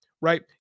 right